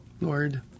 Lord